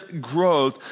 growth